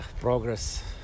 Progress